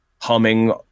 humming